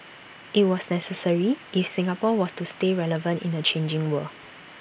IT was necessary if Singapore was to stay relevant in the changing world